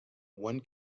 one